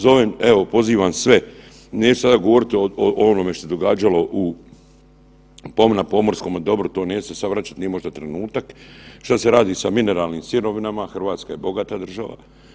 Zovem, evo pozivam sve, neću sada govoriti o onome što se događalo na pomorskome dobru, to neću se sad vraćat, nije možda trenutak, šta se radi sa mineralnim sirovinama, RH je bogata država.